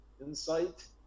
insight